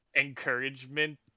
encouragement